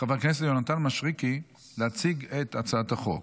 חבר הכנסת יונתן מישרקי להציג את הצעת החוק.